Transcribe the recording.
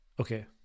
Okay